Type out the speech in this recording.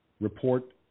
report